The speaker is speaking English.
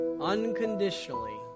unconditionally